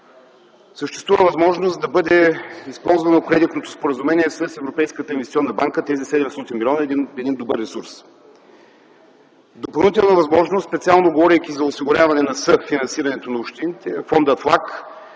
Съществува възможност да бъде използвано кредитното споразумение с Европейската инвестиционна банка – тези 700 млн. са един добър ресурс. Допълнителна възможност, специално говорейки за осигуряването на съфинансиране на общините, е Фондът